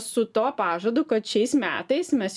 su tuo pažadu kad šiais metais mes